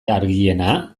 argiena